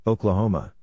Oklahoma